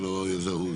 שלא יזהו,